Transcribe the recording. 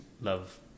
love